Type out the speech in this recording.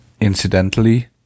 Incidentally